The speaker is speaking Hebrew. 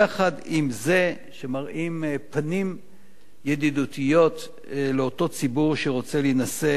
יחד עם זה שמראים פנים ידידותיות לאותו ציבור שרוצה להינשא